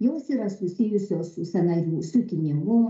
jos yra susijusios su sąnarių sutinimu